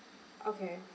okay